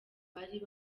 bambaye